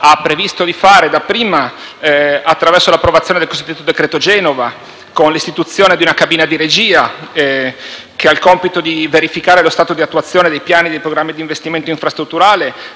ha previsto di porre in essere: dapprima attraverso l'approvazione del cosiddetto decreto Genova, con l'istituzione di una cabina di regia che ha il compito di verificare lo stato di attuazione dei piani e dei programmi di investimento infrastrutturale,